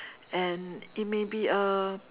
and it may be a